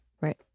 Right